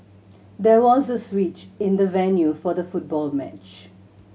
there was a switch in the venue for the football match